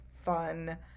fun